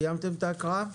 סיימתם את ההקראה?